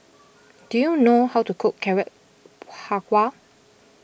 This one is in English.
do you know how to cook Carrot Halwa